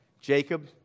Jacob